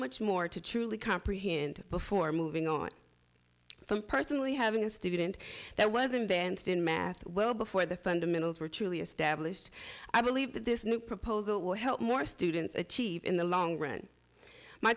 much more to truly comprehend before moving on from personally having a student that wasn't danced in math well before the fundamentals were truly established i believe that this new proposal will help more students achieve in the long run my